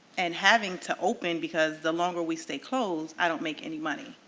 and having to open because the longer we stay closed, i don't make any money.